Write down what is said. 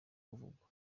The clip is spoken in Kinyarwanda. kuvugwa